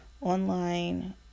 online